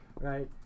right